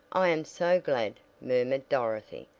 i am so glad, murmured dorothy,